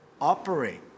operate